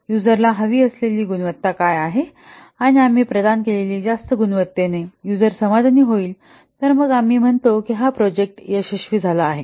युजरला हवी असलेली गुणवत्ता काय आहे आणि आम्ही प्रदान केलेली जास्त गुणवतेणे युजर समाधानी होईल तर मग आम्ही म्हणतो की हा प्रोजेक्ट यशस्वी झाला आहे